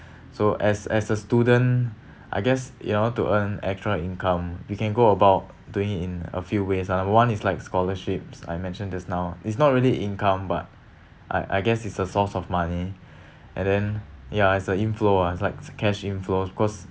so as as a student I guess you want to earn extra income you can go about doing it in a few ways lah number one is like scholarships I mentioned just now it's not really income but I I guess it's a source of money and then ya it's a inflow ah it's like a cash inflow cause